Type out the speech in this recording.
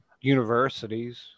universities